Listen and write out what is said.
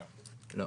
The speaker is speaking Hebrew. לא.